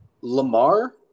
Lamar